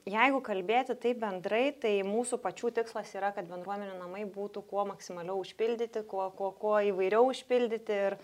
jeigu kalbėti taip bendrai tai mūsų pačių tikslas yra kad bendruomenių namai būtų kuo maksimaliau užpildyti kuo kuo kuo įvairiau užpildyti ir